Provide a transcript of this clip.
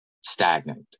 stagnant